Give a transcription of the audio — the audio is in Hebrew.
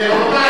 רבותי.